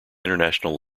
international